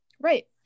right